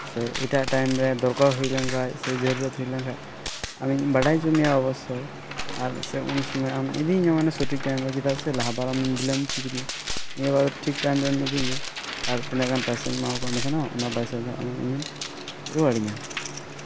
ᱥᱮ ᱮᱴᱟᱜ ᱴᱟᱭᱤᱢ ᱨᱮ ᱫᱚᱨᱠᱟᱨ ᱦᱩᱭ ᱞᱮᱱᱠᱷᱟᱡ ᱥᱮ ᱡᱟᱹᱨᱩᱨᱚᱛ ᱦᱩᱭ ᱞᱮᱱᱠᱷᱟᱡ ᱟᱢᱤᱧ ᱵᱟᱲᱟᱭ ᱦᱚᱪᱚ ᱢᱮᱭᱟ ᱚᱵᱚᱥᱥᱳᱭ ᱟᱨ ᱥᱮ ᱩᱱ ᱥᱚᱢᱚᱭ ᱟᱢ ᱤᱫᱤᱧ ᱟᱢ ᱥᱚᱴᱷᱤᱠ ᱴᱟᱭᱤᱢ ᱨᱮ ᱪᱮᱫᱟᱜ ᱥᱮ ᱞᱟᱦᱟ ᱵᱟᱨ ᱟᱢ ᱵᱤᱞᱚᱢ ᱦᱚᱪᱚ ᱠᱤᱫᱤᱧᱟ ᱱᱤᱭᱟᱹ ᱵᱟᱨ ᱴᱷᱤᱠ ᱴᱟᱭᱤᱢ ᱨᱮᱢ ᱤᱫᱤᱧᱟ ᱟᱨ ᱛᱤᱱᱟᱹᱜ ᱜᱟᱱ ᱯᱚᱭᱥᱟᱧ ᱮᱢᱟᱣ ᱟᱠᱟᱜ ᱢᱮ ᱛᱟᱦᱮᱱᱟ ᱚᱱᱟ ᱯᱚᱭᱥᱟ ᱫᱚ ᱟᱢ ᱤᱧᱮᱢ ᱨᱩᱣᱟᱹᱲᱤᱧᱟ